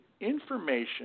information